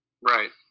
Right